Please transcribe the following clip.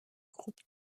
groupe